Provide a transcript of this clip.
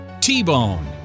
T-Bone